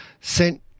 sent